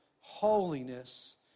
holiness